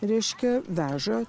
reiškia veža